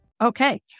Okay